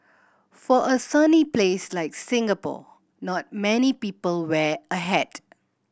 for a sunny place like Singapore not many people wear a hat